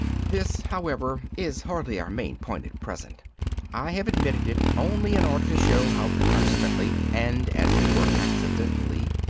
this, however, is hardly our main point at present i have admitted it only in order to show how constantly, and as it were accidentally,